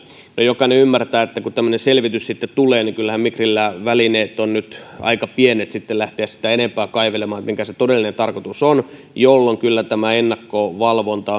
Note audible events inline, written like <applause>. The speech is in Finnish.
mutta jokainen ymmärtää että kun tämmöinen selvitys sitten tulee niin kyllähän migrillä välineet ovat nyt aika pienet lähteä sitä enempää kaivelemaan mikä se todellinen tarkoitus on jolloin kyllä tämä ennakkovalvonta <unintelligible>